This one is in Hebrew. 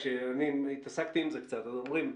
כשאני התעסקתי עם זה קצת אז אומרים,